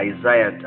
Isaiah